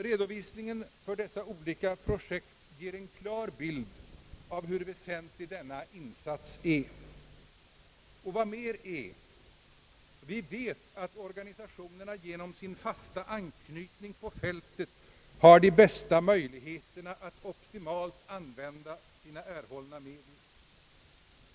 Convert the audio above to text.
Redovisningen för dessa olika projekt ger en klar bild av hur väsentlig denna insats är. Och vad mera är: vi vet att organisationerna genom sin fasta anknytning på fältet har de bästa möjligheterna att optimalt använda sina erhållna medel.